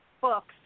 books